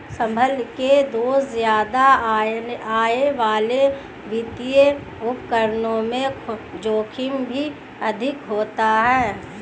संभल के दोस्त ज्यादा आय वाले वित्तीय उपकरणों में जोखिम भी अधिक होता है